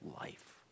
life